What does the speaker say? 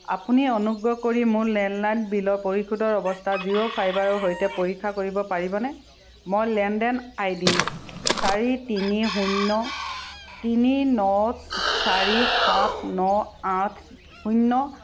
আপুনি অনুগ্ৰহ কৰি মোৰ লেণ্ডলাইন বিলৰ পৰিশোধৰ অৱস্থা জিঅ' ফাইবাৰৰ সৈতে পৰীক্ষা কৰিব পাৰিবনে মই লেনদেন আই ডি চাৰি তিনি শূন্য তিনি ন চাৰি সাত আঠ শূন্য